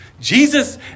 Jesus